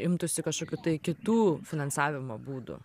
imtųsi kažkokių tai kitų finansavimo būdų